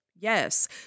Yes